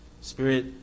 Spirit